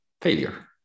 failure